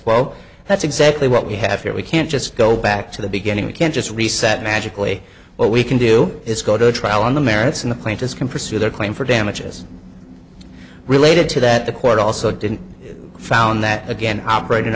quo that's exactly what we have here we can't just go back to the beginning we can't just reset magically what we can do is go to trial on the merits and the plaintiffs can pursue their claim for damages related to that the court also didn't found that again operating